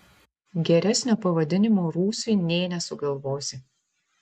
geresnio pavadinimo rūsiui nė nesugalvosi